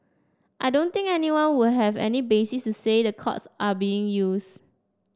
I don't think anyone would have any basis to say the courts are being used